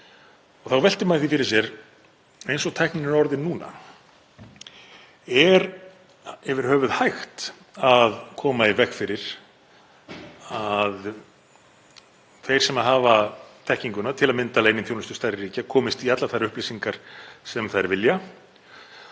Og þá veltir maður því fyrir sér eins og tæknin er orðin núna: Er yfir höfuð hægt að koma í veg fyrir að þeir sem hafa þekkinguna, til að mynda leyniþjónustur stærri ríkja, komist í allar þær upplýsingar sem þeir vilja